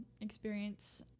experience